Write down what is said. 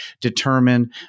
determine